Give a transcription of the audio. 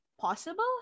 possible